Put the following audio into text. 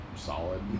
solid